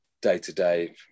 day-to-day